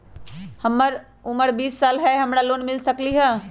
हमर उमर बीस साल हाय का हमरा लोन मिल सकली ह?